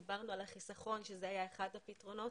דיברנו על החיסכון, שזה היה אחד הפתרונות.